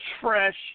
fresh